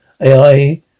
AI